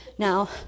Now